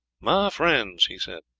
my friends, he said,